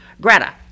Greta